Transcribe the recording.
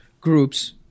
groups